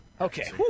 Okay